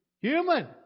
Human